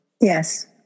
Yes